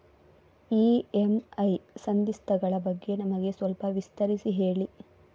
EMI ಸಂಧಿಸ್ತ ಗಳ ಬಗ್ಗೆ ನಮಗೆ ಸ್ವಲ್ಪ ವಿಸ್ತರಿಸಿ ಹೇಳಿ